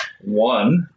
One